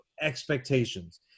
expectations